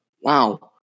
wow